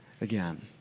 again